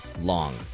long